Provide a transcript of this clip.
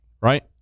Right